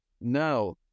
Now